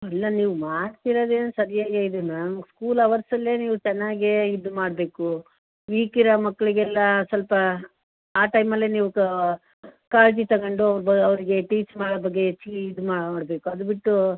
ಅಲ್ಲ ನೀವು ಮಾಡ್ತಿರೋದೇನೋ ಸರಿಯಾಗೇ ಇದೆ ಮೇಡಮ್ ಸ್ಕೂಲ್ ಹವರ್ಸಲ್ಲೇ ನೀವು ಚೆನ್ನಾಗೆ ಇದು ಮಾಡಬೇಕು ವೀಕ್ ಇರೋ ಮಕ್ಕಳಿಗೆಲ್ಲ ಸ್ವಲ್ಪ ಆ ಟೈಮಲ್ಲೇ ನೀವು ತೋ ಕಾಳಜಿ ತಗೊಂಡು ಬ ಅವ್ರಿಗೆ ಟೀಚ್ ಮಾಡೋ ಬಗ್ಗೆ ಚಿ ಇದು ಮಾಡಬೇಕು ಅದು ಬಿಟ್ಟು